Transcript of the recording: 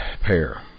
pair